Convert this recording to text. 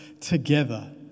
together